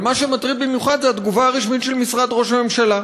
אבל מה שמטריד במיוחד זה התגובה הרשמית של משרד ראש הממשלה,